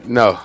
no